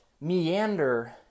meander